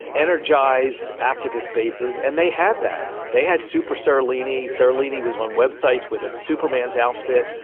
energise activist bases, and they had that. they had super-seralini, seralini was on websites with a superman's outfit,